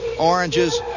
oranges